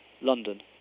London